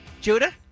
Judah